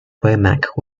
womack